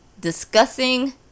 discussing